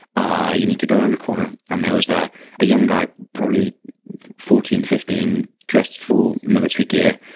ah you need to go around the corner. and there was a a young guy, probably fourteen, fifteen, dressed full military gear.